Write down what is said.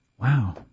Wow